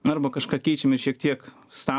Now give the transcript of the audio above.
arba kažką keičiam ir šiek tiek stabdom ir